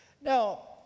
Now